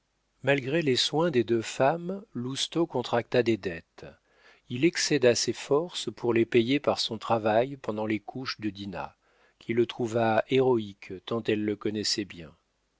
malgré les soins des deux femmes lousteau contracta des dettes il excéda ses forces pour les payer par son travail pendant les couches de dinah qui le trouva héroïque tant elle le connaissait bien